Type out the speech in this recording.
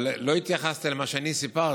אבל לא התייחסת למה שאני סיפרתי.